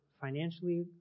financially